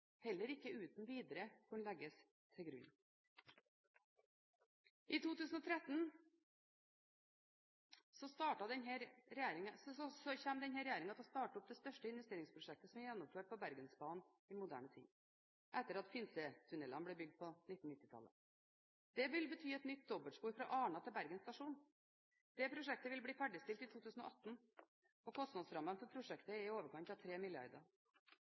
heller ikke gjeldende traséforslag som ligger til grunn for Stortingets vedtak, uten videre kunne legges til grunn. I 2013 kommer denne regjeringen til å starte opp det største investeringsprosjektet som er gjennomført på Bergensbanen i moderne tid – etter at Finsetunellen ble bygd på 1990-tallet. Det vil bety et nytt dobbeltspor fra Arna til Bergen stasjon. Det prosjektet vil bli ferdigstilt i 2018, og kostnadsrammen for prosjektet er i overkant av